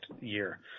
year